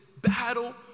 battle